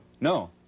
No